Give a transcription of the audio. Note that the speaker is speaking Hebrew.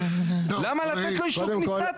למה לתת לו אישור כניסה?